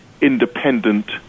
independent